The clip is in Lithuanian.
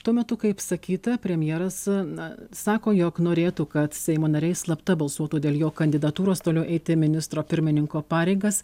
tuo metu kaip sakyta premjeras na sako jog norėtų kad seimo nariai slapta balsuotų dėl jo kandidatūros toliau eiti ministro pirmininko pareigas